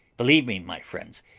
believe me, my friends,